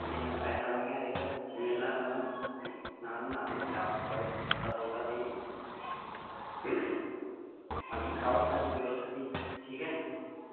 ते इ'न्ना पैसा बी नेईं ऐ रेह्दा मेला मतलब नार्मल नार्मल गै कराओ थोह्ड़ा बोह्ता ते बाकी कराओ सफाई सफुई तुस बी ठीक ऐ न